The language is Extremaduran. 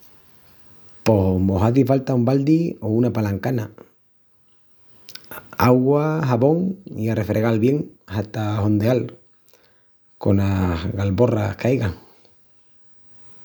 Pos mos hazi falta un baldi o una palancana, augua, xabón i a refregal bien hata hondeal conas galborras que aigan.